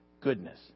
goodness